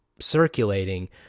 circulating